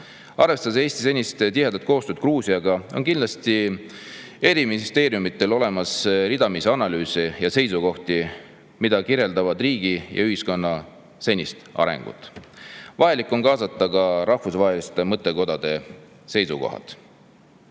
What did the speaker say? Arvestades Eesti senist tihedat koostööd Gruusiaga, on kindlasti eri ministeeriumidel olemas ridamisi analüüse ja seisukohti, mis kirjeldavad selle riigi ja ühiskonna senist arengut. Vajalik on kaasata ka rahvusvaheliste mõttekodade seisukohti. Mind